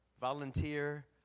volunteer